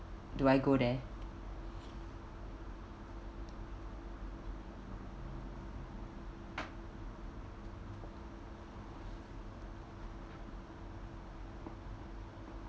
do I go there